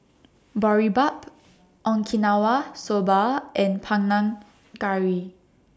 Boribap Okinawa Soba and Panang Curry